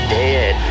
dead